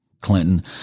Clinton